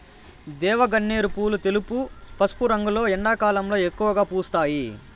దేవగన్నేరు పూలు తెలుపు, పసుపు రంగులో ఎండాకాలంలో ఎక్కువగా పూస్తాయి